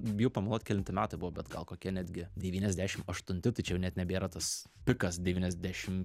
bijau pameluot kelinti metai buvo bet gal kokie netgi devyniasdešim aštunti tai čia jau net nebėra tas pikas devyniasdešim